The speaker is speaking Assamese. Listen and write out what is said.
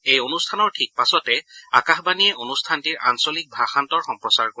এই অনুষ্ঠানৰ ঠিক পাছতে আকাশবাণীয়ে অনুষ্ঠানটিৰ আঞ্চলিক ভাষান্তৰ সম্প্ৰচাৰ কৰিব